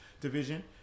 division